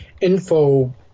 info